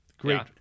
Great